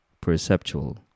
perceptual